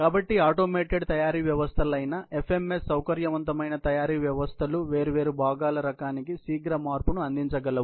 కాబట్టి ఆటోమేటెడ్ తయారీ వ్యవస్థలైన ఎఫ్ఎంఎస్ సౌకర్యవంతమైన తయారీ వ్యవస్థలు వేర్వేరు భాగాల రకానికి శీఘ్ర మార్పును అందించగలవు